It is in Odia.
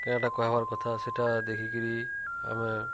କେଣାଟା କୁହାହବାର୍ କଥା ସେଟା ଦେଖିକିରି ଆମେ